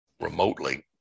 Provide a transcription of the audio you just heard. remotely